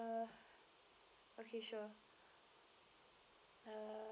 uh okay sure uh